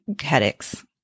headaches